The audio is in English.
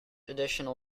additional